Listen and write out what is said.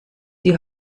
die